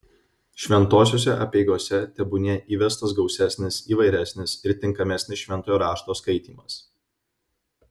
šventosiose apeigose tebūnie įvestas gausesnis įvairesnis ir tinkamesnis šventojo rašto skaitymas